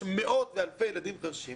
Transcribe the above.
יש מאות ואלפי ילדים חרשים.